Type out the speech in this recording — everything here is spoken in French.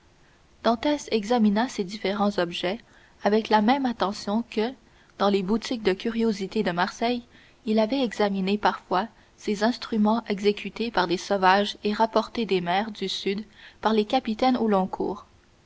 de poignard dantès examina ces différents objets avec la même attention que dans les boutiques de curiosités de marseille il avait examiné parfois ces instruments exécutés par des sauvages et rapportés des mers du sud par les capitaines au long cours